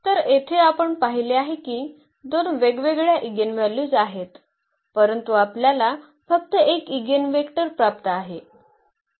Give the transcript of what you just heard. तर येथे आपण पाहिले आहे की दोन वेगवेगळ्या एगेनव्हल्यूज आहेत परंतु आम्हाला फक्त एक इगेनवेक्टर प्राप्त आहे